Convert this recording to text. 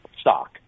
stock